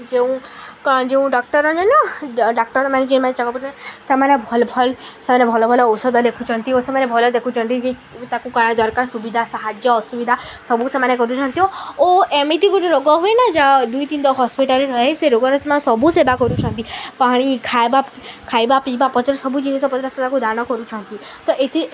ଯେଉଁ ଯେଉଁ doctor doctor ମାନେ ଯେଉଁ ମାନେ ସେମାନେ ଭଲ ଭଲ୍ ସେମାନେ ଭଲ ଭଲ ଔଷଧ ଦେଖୁଛନ୍ତି ଓ ସେମାନେ ଭଲ ଦେଖୁଛନ୍ତି ଯେଉଁମାନେ ତାକୁ ଦରକାର ସୁବିଧା ସାହାଯ୍ୟ ଅସୁବିଧା ସବୁ ସେମାନେ କରୁଛନ୍ତି ଓ ଏମିତି ଗୋଟେ ରୋଗ ହୁଏନା ଯାହା ଦୁଇ ତିନି ହସ୍ପିଟାଲ୍ରେ ରହେ ସେ ରୋଗରେ ସେମାନେ ସବୁ ସେବା କରୁଛନ୍ତି ପାଣି ଖାଇବା ଖାଇବା ପିଇବା ପଚ୍ର ସବୁ ଜିନିଷ କୁ ଦାନ କରୁଛନ୍ତି ତ ଏଥି